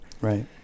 Right